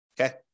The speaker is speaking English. okay